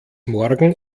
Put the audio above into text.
morgen